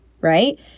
right